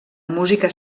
música